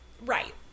Right